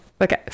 Okay